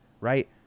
Right